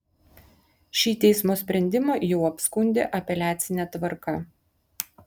šį teismo sprendimą jau apskundė apeliacine tvarka